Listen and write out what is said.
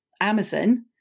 Amazon